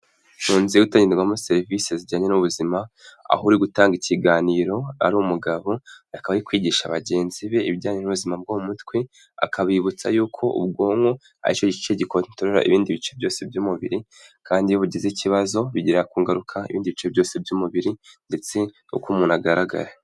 Mu nzu iri gutangirwamo serivisi zijyanye n'ubuzima, aho uri gutanga ikiganiro ari umugabo, akaba ari kwigisha bagenzi be ibijyanye n'ubuzima bwo mu mutwe, akabibutsa y'uko ubwonko ari cyo gice gikontorora ibindi bice byose by'umubiri kandi iyo bugize ikibazo, bigira ingaruka ku bindi bice byose by'umubiri ndetse uko umuntu agaragara.